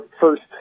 first